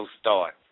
start